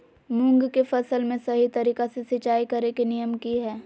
मूंग के फसल में सही तरीका से सिंचाई करें के नियम की हय?